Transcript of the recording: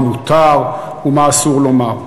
מה מותר ומה אסור לומר.